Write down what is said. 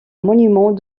monument